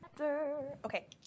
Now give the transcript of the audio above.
okay